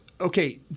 Okay